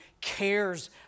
cares